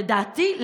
לדעתי,